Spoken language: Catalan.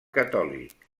catòlic